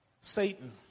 Satan